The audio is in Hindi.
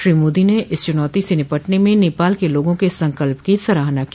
श्री मोदी ने इस चुनौती से निपटन में नेपाल के लोगों के संकल्प की सराहना की